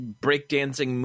breakdancing